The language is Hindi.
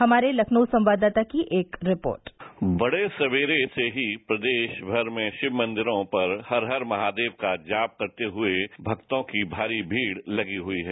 हमारे लखनऊ संवाददाता की एक रिपोर्ट बड़े सवेरे से ही प्रदेश भर में शिव मंदिरों के पर हर हर महादेव का जाप करते हुए भर्तों की भारी भीड़ लगी हुए हैं